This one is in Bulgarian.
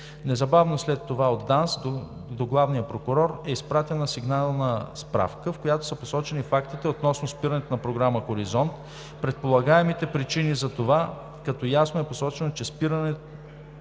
Незабавно след това от ДАНС до главния прокурор е изпратена сигнална справка, в която са посочени фактите относно спирането на програма „Хоризонт“, предполагаемите причини за това, като ясно е посочено, че спирането